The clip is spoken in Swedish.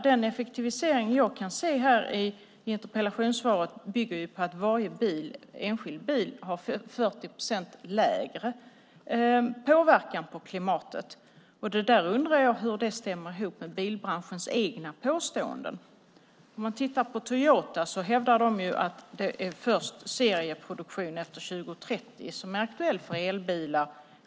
Den effektivisering jag kan se nämnas i interpellationssvaret bygger på att varje enskild bil har 40 procent lägre påverkan på klimatet. Jag undrar hur det där stämmer med bilbranschens egna påståenden. Toyota hävdar att det blir serieproduktion först efter 2030 för elbilar.